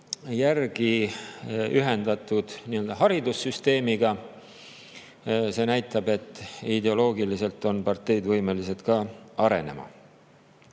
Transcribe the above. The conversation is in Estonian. järgi ühendatud haridussüsteemiga. See näitab, et ideoloogiliselt on parteid võimelised ka arenema.